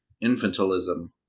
infantilism